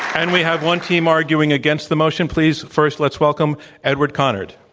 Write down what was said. and we have one team arguing against the motion. please, first, let's welcome edward conard.